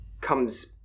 comes